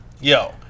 Yo